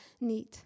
need